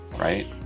right